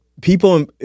People